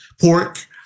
pork